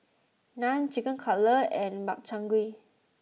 Naan Chicken Cutlet and Makchang Gui